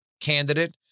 candidate